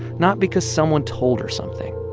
not because someone told her something,